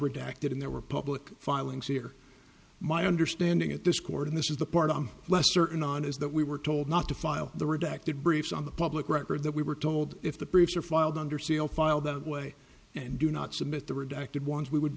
redacted and there were public filings here my understanding at this court and this is the part i am less certain on is that we were told not to file the redacted briefs on the public record that we were told if the proofs are filed under seal filed that way and do not submit the redacted ones we would